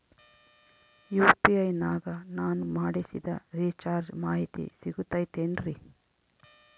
UPI ನಾಗ ನಾನು ಮಾಡಿಸಿದ ರಿಚಾರ್ಜ್ ಮಾಹಿತಿ ಸಿಗುತೈತೇನ್ರಿ?